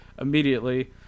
immediately